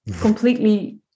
completely